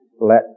let